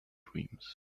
dreams